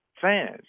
fans